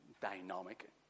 dynamic